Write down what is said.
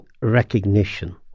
recognition